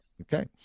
Okay